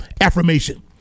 Affirmation